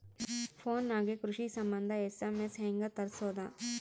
Phone ನಾಗೆ ಕೃಷಿ ಸಂಬಂಧ ಎಸ್.ಎಮ್.ಎಸ್ ಹೆಂಗ ತರಸೊದ?